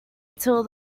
until